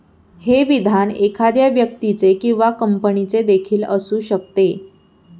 हे विधान एखाद्या व्यक्तीचे किंवा कंपनीचे देखील असू शकते